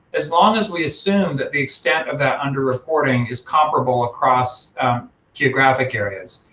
as long as we assume that the extent of that under-reporting is comparable across geographic areas.